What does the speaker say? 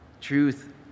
Truth